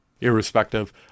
irrespective